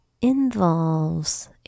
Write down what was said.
involves